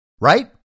right